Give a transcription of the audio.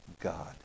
God